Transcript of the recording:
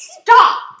stop